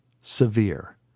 Severe